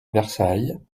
versailles